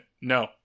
no